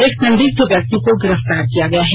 एक संदिग्ध व्यक्ति को गिरफ्तार किया गया है